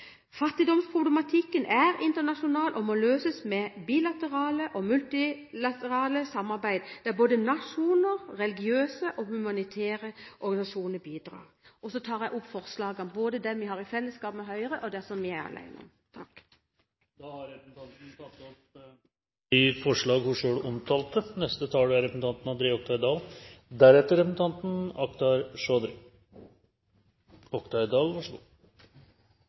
Fattigdomsproblematikken er internasjonal og må løses med bilateralt og multilateralt samarbeid, der både nasjoner og religiøse og humanitære organisasjoner bidrar. Så tar jeg opp forslagene, både det vi har i fellesskap med Høyre, og det som vi er alene om. Representanten Åse Michaelsen har tatt opp de forslagene hun refererte til. På mange måter reflekterer innstillingen og debatten her så langt det samme som gjorde at debatten på Høyres landsmøte var god,